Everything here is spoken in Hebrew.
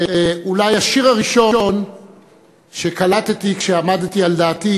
אולי השיר הראשון שקלטתי כשעמדתי על דעתי,